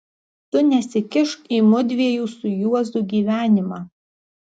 tu nesikišk į mudviejų su juozu gyvenimą